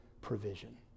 provision